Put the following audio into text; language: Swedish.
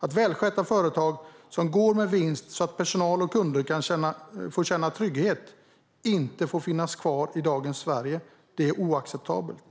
Att välskötta företag som går med vinst, så att personal och kunder kan känna trygghet, inte får finnas kvar i dagens Sverige är oacceptabelt.